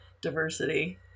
diversity